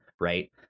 right